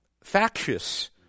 factious